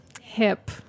hip